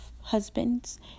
husbands